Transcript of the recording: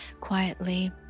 quietly